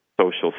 social